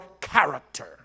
character